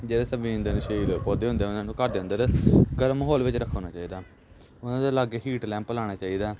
ਜਿਹੜੇ ਸੰਵੇਦਨਸ਼ੀਲ ਪੌਦੇ ਹੁੰਦੇ ਉਹਨਾਂ ਨੂੰ ਘਰ ਦੇ ਅੰਦਰ ਗਰਮ ਮਾਹੌਲ ਵਿੱਚ ਰੱਖਣਾ ਚਾਹੀਦਾ ਉਹਨਾਂ ਦੇ ਲਾਗੇ ਹੀਟ ਲੈਂਪ ਲਾਉਣਾ ਚਾਹੀਦਾ